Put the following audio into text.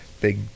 big